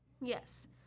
Yes